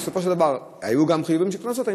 בסופו של דבר היו גם חיובים של קנסות.